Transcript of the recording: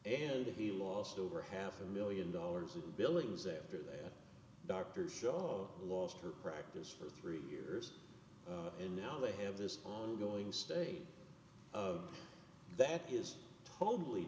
and he lost over half a million dollars of billings after that doctor's show lost her practice for three years and now they have this ongoing state of that is totally